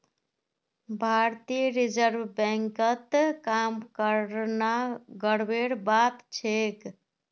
भारतीय रिजर्व बैंकत काम करना गर्वेर बात छेक